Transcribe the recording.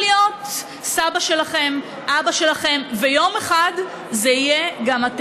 להיות הצעה לסדר, והיא עוברת לדיון בוועדת